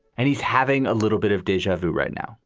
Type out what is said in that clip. and he's having a little bit of deja vu right now